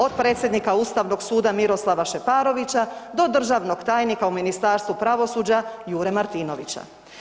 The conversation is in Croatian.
Od predsjednika Ustavnog suda Miroslava Šeparovića, do državnog tajnika u Ministarstvu pravosuđa Jure Martinovića.